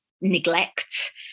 neglect